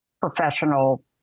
professional